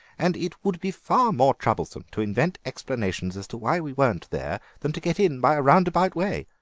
and it would be far more troublesome to invent explanations as to why we weren't there than to get in by a roundabout way.